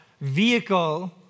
vehicle